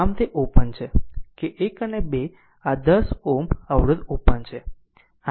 આમ આ તે ઓપન છે કે 1 અને 2 આ 10 Ω અવરોધ ઓપન છે